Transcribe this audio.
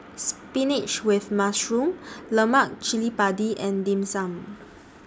Spinach with Mushroom Lemak Cili Padi and Dim Sum